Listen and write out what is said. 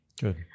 good